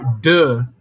duh